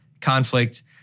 conflict